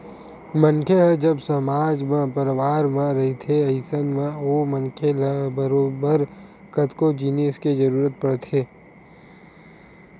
मनखे ह जब समाज म परवार म रहिथे अइसन म ओ मनखे ल बरोबर कतको जिनिस के जरुरत पड़थे